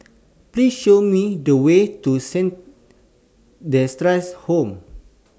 Please Show Me The Way to Saint Theresa's Home